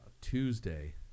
Tuesday